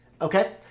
okay